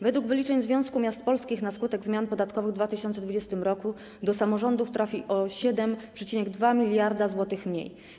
Według wyliczeń Związku Miast Polskich na skutek zmian podatkowych w 2020 r. do samorządów trafi o 7,2 mld zł mniej.